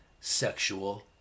sexual